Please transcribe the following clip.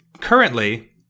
currently